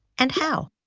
and how.